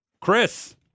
Chris